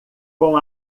com